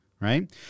right